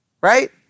right